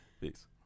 Peace